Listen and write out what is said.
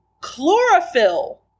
chlorophyll